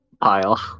pile